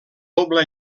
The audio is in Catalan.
doble